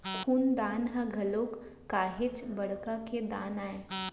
खून दान ह घलोक काहेच बड़का के दान आय